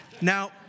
Now